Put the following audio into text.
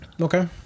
Okay